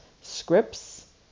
scripts